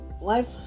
life